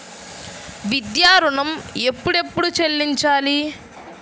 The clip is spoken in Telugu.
విద్యా ఋణం ఎప్పుడెప్పుడు చెల్లించాలి?